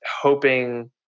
hoping